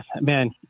man